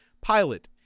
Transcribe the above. pilot